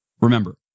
Remember